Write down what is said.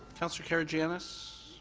councillor karygiannis.